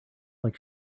like